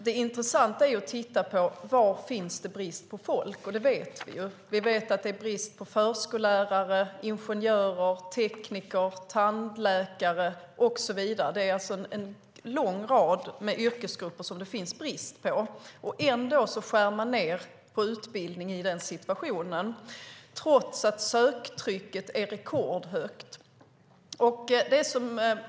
Det intressanta är att titta på var det finns brist på folk. Vi vet att det är brist på förskollärare, ingenjörer, tekniker, tandläkare och så vidare. Det är alltså i en lång rad yrkesgrupper som det finns brist på arbetskraft, och ändå skär man ned på utbildning i den situationen, trots att söktrycket är rekordhögt.